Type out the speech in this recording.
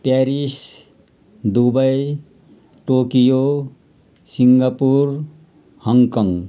Paris Dubai Tokyo Singapore Hong Kong